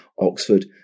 Oxford